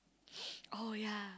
oh ya